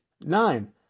nine